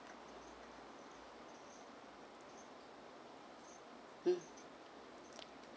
mm